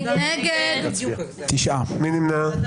מי נמנע?